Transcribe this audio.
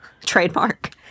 Trademark